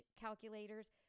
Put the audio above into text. calculators